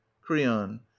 Creon